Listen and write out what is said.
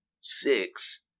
Six